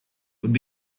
would